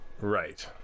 Right